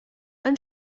han